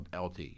LT